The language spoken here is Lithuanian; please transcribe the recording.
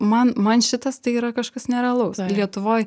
man man šitas tai yra kažkas nerealaus lietuvoj